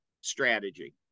strategy